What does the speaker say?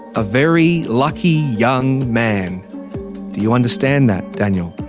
a very lucky young man, do you understand that, daniel?